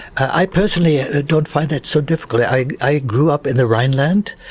i personally don't find that so difficult. i i grew up in the rhineland,